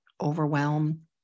overwhelm